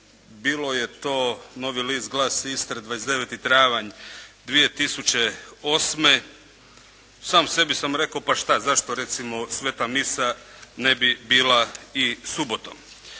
bio je to "Novi list" glas Istre, 29. travanj 2008., sam sebi sam rekao pa šta, zašto recimo Sveta misa ne bi bila i subotom.